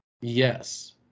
yes